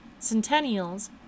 Centennials